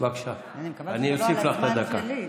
אני מקווה שזה לא על הזמן שלי.